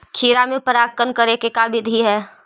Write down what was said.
खिरा मे परागण करे के का बिधि है?